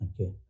Okay